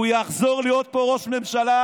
הוא יחזור להיות פה ראש ממשלה,